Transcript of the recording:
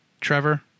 Trevor